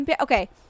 okay